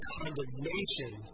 condemnation